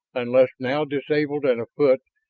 unless, now disabled and afoot,